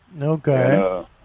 Okay